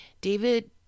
david